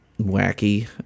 Wacky